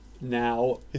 now